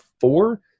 four